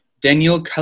Daniel